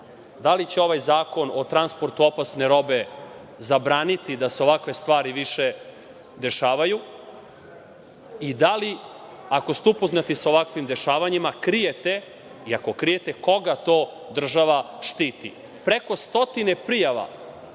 Da li će ovaj zakon o transportu opasne robe zabraniti da se ovakve stvari više dešavaju? I, da li, ako ste upoznati sa ovakvim dešavanjima, krijete i ako krijete, koga to država štiti? Preko stotine prijava,